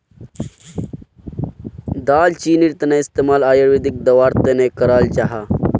दालचीनीर इस्तेमाल आयुर्वेदिक दवार तने कराल जाहा